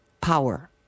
power